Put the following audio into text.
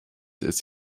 ist